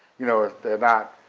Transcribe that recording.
you know ah they're not,